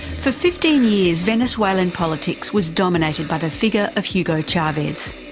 for fifteen years venezuelan politics was dominated by the figure of hugo chavez.